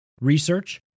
research